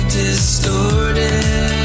distorted